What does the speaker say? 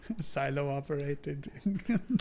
silo-operated